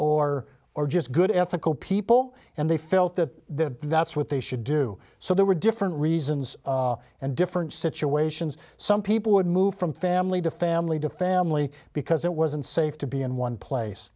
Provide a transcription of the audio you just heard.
or or just good ethical people and they felt that the that's what they should do so there were different reasons and different situations some people would move from family to family to family because it wasn't safe to be in one place